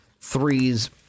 threes